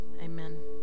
Amen